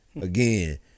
again